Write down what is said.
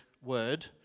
word